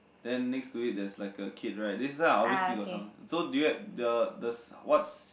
then next to it there is like a kid right that's why I always see got something so do you have the the what